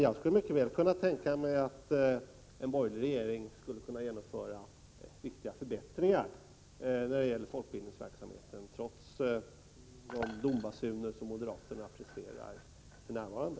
Jag kan alltså mycket väl tänka mig att en borgerlig regering skulle kunna genomföra förbättringar när det gäller folkbildningsverksamheten trots de domsbasuner som ljuder från moderaterna för närvarande.